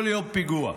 כל יום פיגוע,